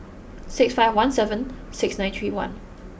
six five one seven six nine three one